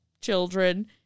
children